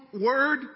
word